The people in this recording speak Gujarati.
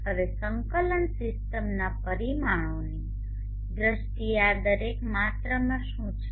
હવે સંકલન સીસ્ટમના પરિમાણોની દ્રષ્ટિએ આ દરેક માત્રામાં શું છે